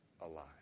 alive